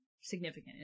significant